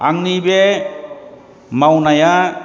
आंनि बे मावनाया